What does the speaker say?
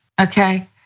okay